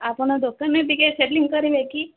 ଆପଣ ଦୋକାନରେ ଟିକେ ସେଲିଂ କରିବେ କି